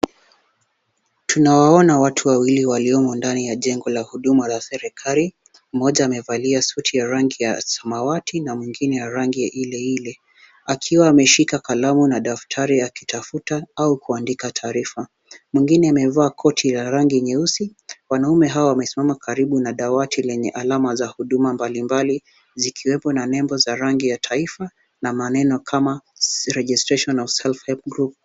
Tunawaona watu wawili waliomo ndani ya jengo la huduma la serekali, mmoja amevalia suti ya rangi ya samawati na mwingine ya rangi ile ile akiwa ameshika kalamu na daftari akitafuta au kuandika taarifa. Mwingine amevaa koti la rangi nyeusi, wanaume hawa wamesimama karibu na dawati lenye alama za huduma mbalimbali zikiwepo na nembo za rangi ya taifa na maneno kama Registration of Self Help Groups .